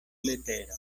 letero